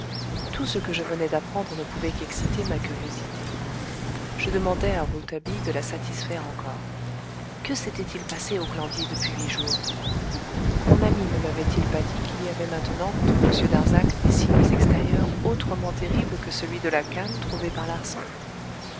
tout ce que je venais d'apprendre ne pouvait qu'exciter ma curiosité je demandai à rouletabille de la satisfaire encore que s'était-il passé au glandier depuis huit jours mon ami ne mavait il pas dit qu'il y avait maintenant contre m darzac des signes extérieurs autrement terribles que celui de la canne trouvée par